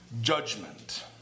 judgment